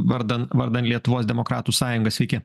vardan vardan lietuvos demokratų sąjunga sveiki